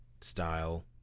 style